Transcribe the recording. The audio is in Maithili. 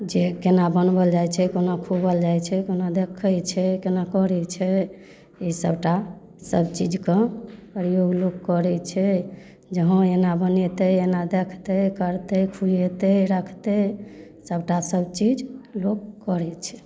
जे कोना बनाओल जाइ छै कोना खुआओल जाइ छै कोना देखै छै कोना करे छै ई सबटा सबचीजके प्रयोग लोक करै छै जे हँ एना बनेतै एना देखतै करतै खुएतै रखतै सबटा सबचीज लोक करै छै